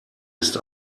ist